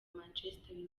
manchester